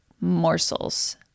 morsels